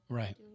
right